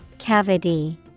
cavity